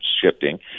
shifting